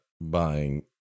buying